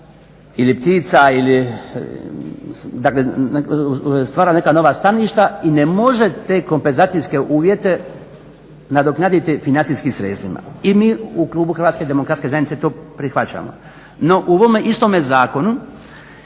ili, dakle stvara neka nova staništa i ne može te kompenzacijske uvjete nadoknaditi financijskim sredstvima. I mi u klubu HDZ-a to prihvaćamo. No, u ovome istome zakonu